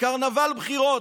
קרנבל בחירות?